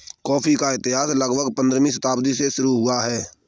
coffee का इतिहास लगभग पंद्रहवीं शताब्दी से शुरू हुआ है